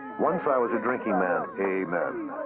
once i was a drinking man. amen.